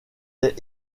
est